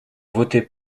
voter